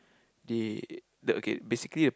they the okay basically